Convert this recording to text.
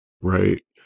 right